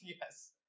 yes